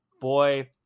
boy